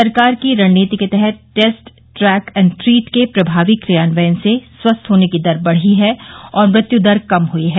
सरकार की रणनीति के तहत टेस्ट ट्रैक एंड ट्रीट के प्रभावी क्रियान्वयन से स्वस्थ होने की दर बढी है और मृत्युदर कम हुई है